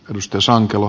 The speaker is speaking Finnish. risto sankila